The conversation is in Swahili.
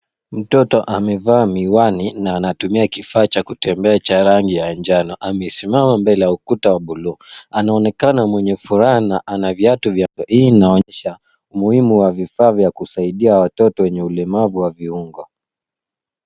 Mtoto amevaa miwani na anatumia kifaa cha kutembea cha rangi ya njano. Amesimama mbele ya ukuta wa bluu. Anaonekana mwenye furaha na ana viatu vya. Hii inaonyesha umuhimu wa vifaa vya kusaidia watoto wenye ulemavu wa viungo.